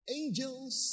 angels